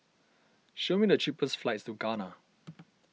show me the cheapest flights to Ghana